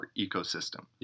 ecosystem